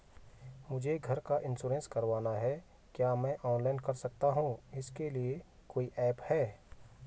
मुझे घर का इन्श्योरेंस करवाना है क्या मैं ऑनलाइन कर सकता हूँ इसके लिए कोई ऐप है?